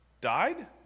died